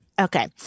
Okay